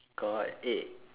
got eh